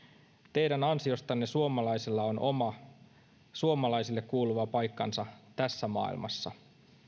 teidän ansiostanne suomalaisilla on oma suomalaisille kuuluva paikkansa tässä maailmassa